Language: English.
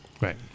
right